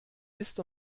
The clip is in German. ist